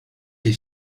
des